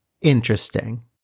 interesting